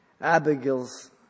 Abigail's